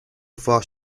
far